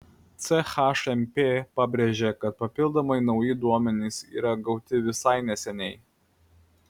chmp pabrėžė kad papildomai nauji duomenys yra gauti visai neseniai